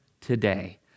today